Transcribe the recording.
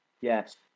Yes